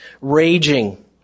Raging